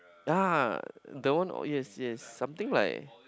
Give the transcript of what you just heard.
yea the one yes yes something like